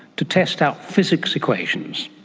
to test out physics equations?